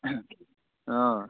অঁ